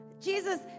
Jesus